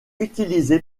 utilisé